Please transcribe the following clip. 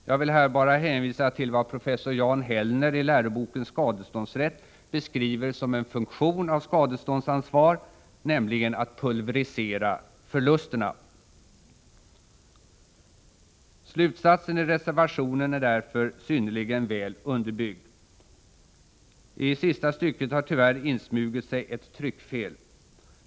Jag vill här bara hänvisa till vad professor Jan Hellner i läroboken Skadeståndsrätt beskriver som en funktion av skadeståndsansvar, nämligen att pulvrisera förlusterna. Slutsatsen i reservationen är därför synnerligen väl underbyggd. I sista stycket har tyvärr insmugit sig ett tryckfel.